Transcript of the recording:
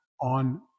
on